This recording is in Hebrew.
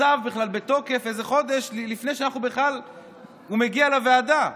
הצו בתוקף לפני שהוא מגיע לוועדה.